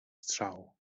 strzał